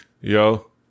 yo